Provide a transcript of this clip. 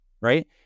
Right